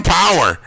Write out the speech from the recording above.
power